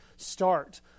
start